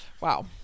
Wow